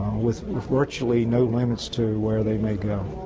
with virtually no limits to where they may go.